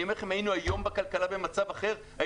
היינו היום במצב אחר בכלכלה,